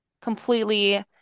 completely